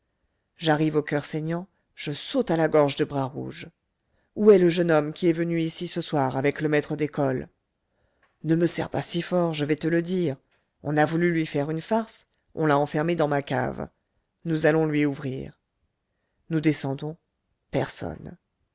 j'arrive au coeur saignant je saute à la gorge de bras rouge où est le jeune homme qui est venu ici ce soir avec le maître d'école ne me serre pas si fort je vais te le dire on a voulu lui faire une farce on l'a enfermé dans ma cave nous allons lui ouvrir nous descendons personne